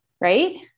Right